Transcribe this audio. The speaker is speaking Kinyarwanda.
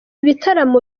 bitaramo